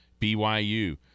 BYU